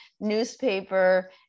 newspaper